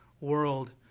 world